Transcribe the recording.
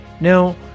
Now